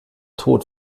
tod